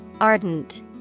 Ardent